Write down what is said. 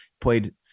Played